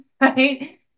right